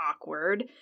awkward